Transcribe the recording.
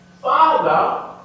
father